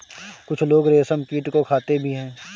कुछ लोग रेशमकीट को खाते भी हैं